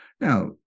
now